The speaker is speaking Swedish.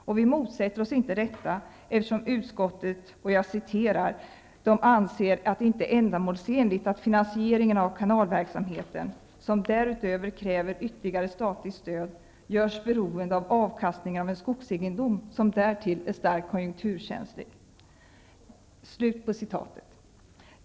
Vi motsätter oss inte detta, eftersom utskottet ''anser det inte vara ändamålsenligt att finansieringen av kanalverksamheten -- som därutöver kräver ytterligare statligt stöd -- görs beroende av avkastningen av en skogsegendom, som därtill är starkt konjunkturkänslig''.